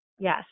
Yes